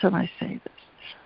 um i say this?